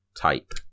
type